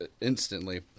instantly